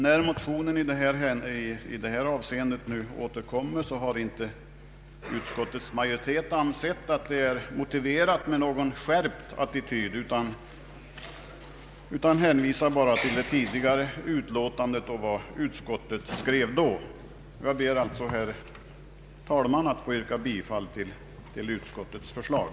När motionen i detta ärende nu återkommer har utskottets majoritet inte ansett att det är motiverat med någon skärpt attityd, utan hänvisar bara till vad utskottet skrev i sitt tidigare utlåtande. Jag ber alltså, herr talman, att få yrka bifall till utskottets förslag.